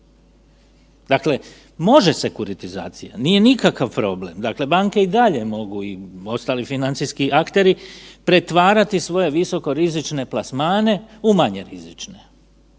Dakle, može sekuritizacija, nije nikakav problem. Dakle banke i ostali financijski akteri pretvarati svoje visokorizične plasmane u manje rizične,